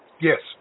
Yes